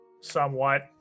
somewhat